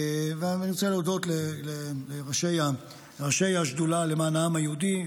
אני רוצה להודות לראשי השדולה למען העם היהודי,